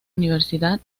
universidad